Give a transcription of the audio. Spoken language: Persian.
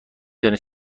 دانید